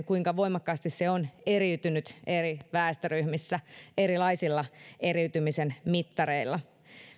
kuinka voimakkaasti liikkuminen on eriytynyt eri väestöryhmissä erilaisilla eriytymisen mittareilla